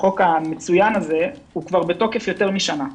החוק המצוין הזה הוא כבר בתוקף יותר משנה.